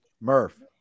Murph